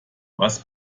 was